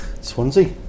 Swansea